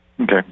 Okay